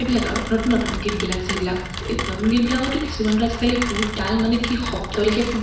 এইবিলাক আৰু নতুন নতুন গীতবিলাক যিবিলাক এট নতুন গীতবিলাকততো কিছুমানতো আজিকালি সুৰ তাল মানে কি শব্দ লিখে একো